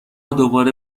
دوباره